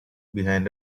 behind